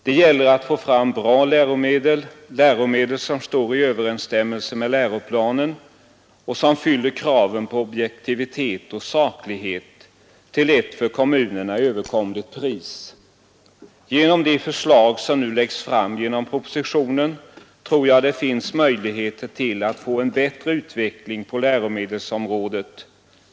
Det gäller att få fram bra läromedel, läromedel som står i överensstämmelse med läroplanen och som fyller kraven på objektivitet och saklighet till ett för kommunerna överkomligt pris. Genom det förslag som nu läggs fram i propositionen tror jag det finns möjligheter att få en bättre utveckling på läromedelsområdet.